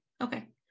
Okay